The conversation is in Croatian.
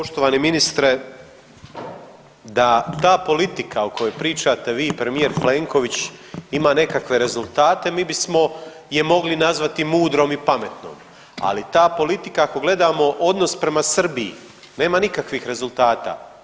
Dakle, poštovani ministre da ta politika o kojoj pričate vi i premijer Plenković ima nekakve rezultate mi bismo je mogli nazvati mudrom i pametnom, ali ta politika ako gledamo odnos prema Srbiji, nema nikakvih rezultata.